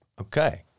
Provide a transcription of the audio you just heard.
Okay